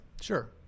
Sure